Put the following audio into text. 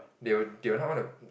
they'll they'll not want to